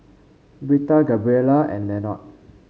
Britta Gabriela and Lenord